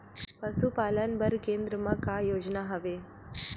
पशुपालन बर केन्द्र म का योजना हवे?